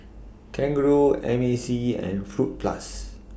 Kangaroo M A C and Fruit Plus